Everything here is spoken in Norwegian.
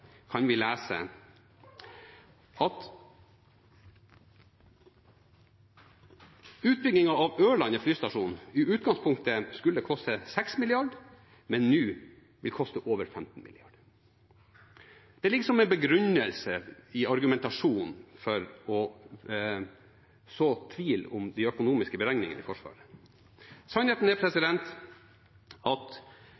kan vi lese at utbyggingen av Ørland flystasjon i utgangspunktet skulle koste 6 mrd. kr, men at den nå vil koste over 15 mrd. kr. Det ligger som en begrunnelse i argumentasjonen for å så tvil om de økonomiske beregningene for Forsvaret. Sannheten er